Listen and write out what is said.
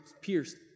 pierced